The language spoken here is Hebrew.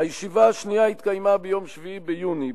הישיבה השנייה התקיימה ביום 7 ביוני.